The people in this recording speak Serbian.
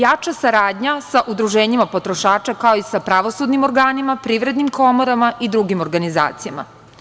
Jača saradnja sa udruženjima potrošača, kao i sa pravosudnim organima, privrednim komorama i drugim organizacijama.